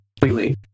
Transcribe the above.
completely